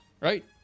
Right